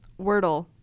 Wordle